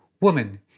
Woman